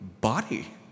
body